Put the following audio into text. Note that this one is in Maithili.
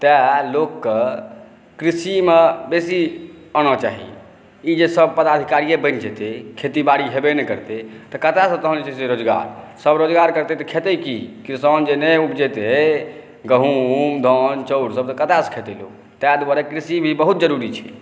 तेँ लोकके कृषिमे बेसी आना चाही ई जे सभ पदाधिकारिए बनि जेतै खेती बारी हेबे नहि करतै तऽ कतऽ सँ तहन जे छै रोज़गार सभ रोज़गार करतै तऽ खेतै की किसान जे नहि उपजेतै गहूँम धान चाउरसभ कतऽसँ खेतै लोक ताहि दुआरे कृषि भी बहुत ज़रूरी छै